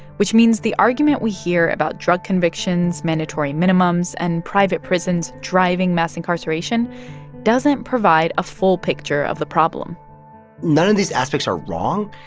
which means the argument we hear about convictions, mandatory minimums and private prisons driving mass incarceration doesn't provide a full picture of the problem none of these aspects are wrong.